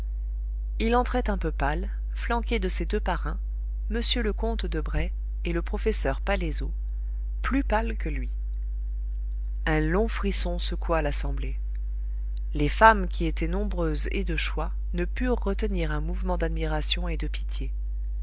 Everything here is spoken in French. il entrait un peu pâle flanqué de ses deux parrains m le comte de bray et le professeur palaiseaux plus pâles que lui un long frisson secoua l'assemblée les femmes qui étaient nombreuses et de choix ne purent retenir un mouvement d'admiration et de pitié